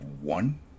one